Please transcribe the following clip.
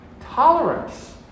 Tolerance